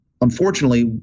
unfortunately